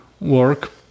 work